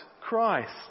Christ